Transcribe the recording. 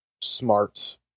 smart